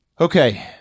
Okay